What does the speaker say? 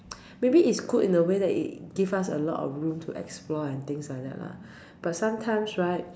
maybe is good in a way that it gives us a lot of room to explore and things like that lah but sometimes right